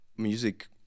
Music